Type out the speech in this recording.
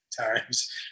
times